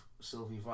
Sylvie